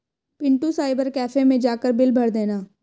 Pintu cyber cafe मैं जाकर bill भर देना